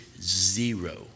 zero